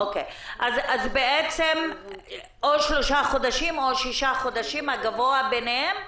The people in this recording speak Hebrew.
אז שלושה חודשים או שישה חודשים, הגבוה מביניהם?